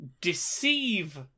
deceive